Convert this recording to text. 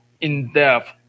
in-depth